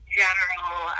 general